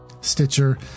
Stitcher